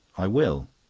i will.